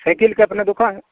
साइकिलके अपने दुकान